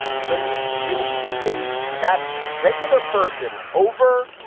and when we begin to see that regular person over